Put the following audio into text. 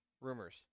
Rumors